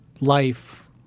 life